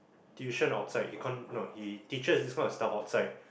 tuition outside con~ no he teaches all that stuff outside